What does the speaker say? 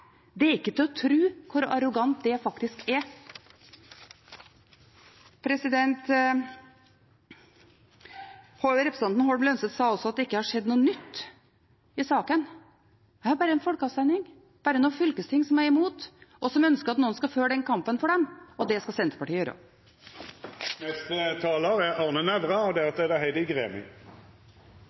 Det er ikke til å tro hvor arrogant det faktisk er. Representanten Holm Lønseth sa også at det ikke har skjedd noe nytt i saken. Det er bare en folkeavstemning, bare noen fylkesting som er imot, og som ønsker at noen skal føre kampen for dem. Og det skal Senterpartiet gjøre. Det jeg er mest opptatt av i denne saken – en sak som er